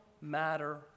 matter